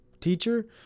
teacher